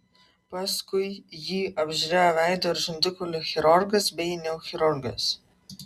paskui jį apžiūrėjo veido ir žandikaulių chirurgas bei neurochirurgas